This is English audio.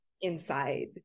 inside